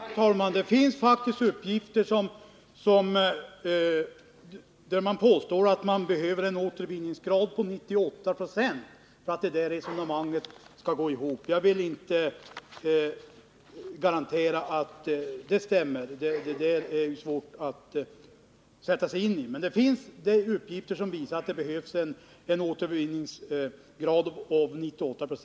Herr talman! Det finns faktiskt uppgifter om att det skulle behövas en återvinningsgrad på 98 96 för att det där resonemanget skall gå ihop. Jag vill inte garantera att det stämmer — det är svårt att sätta sig in i detta — men det finns alltså sådana uppgifter.